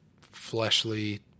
fleshly